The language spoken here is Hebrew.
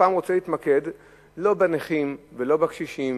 הפעם אני רוצה להתמקד לא בנכים, לא בקשישים